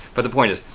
but the point is,